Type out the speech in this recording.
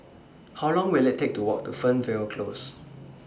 How Long Will IT Take to Walk to Fernvale Close